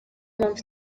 mpamvu